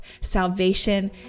Salvation